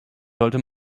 sollte